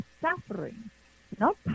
suffering—not